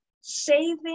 saving